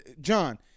John